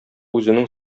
үзенең